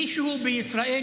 מישהו בישראל,